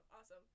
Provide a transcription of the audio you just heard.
awesome